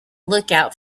lookout